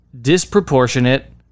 disproportionate